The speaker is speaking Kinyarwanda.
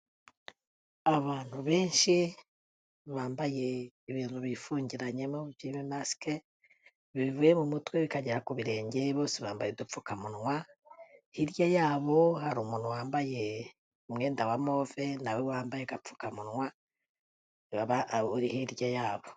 Abantu benshi bambaye ibintu bifungiranyemo byibi masike bivuye mu mutwe bikagera ku birenge, bose bambaye udupfukamunwa. Hirya yabo hari umuntu wambaye umwenda wa move nabo bambaye agapfukamunwa baba abo hirya yabo.